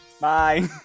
Bye